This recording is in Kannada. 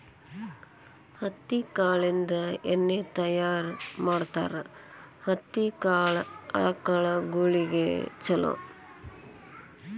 ಹತ್ತಿ ಕಾಳಿಂದ ಎಣ್ಣಿ ತಯಾರ ಮಾಡ್ತಾರ ಹತ್ತಿ ಕಾಳ ಆಕಳಗೊಳಿಗೆ ಚುಲೊ